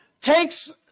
takes